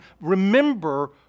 remember